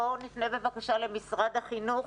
בוא נפנה בבקשה למשרד החינוך,